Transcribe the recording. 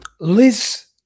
Liz